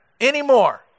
anymore